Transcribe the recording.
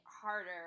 harder